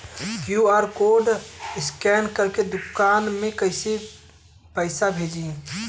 QR code scan करके दुकान में पैसा कइसे भेजी?